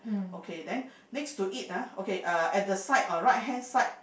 okay then next to it ah okay uh at the side uh right hand side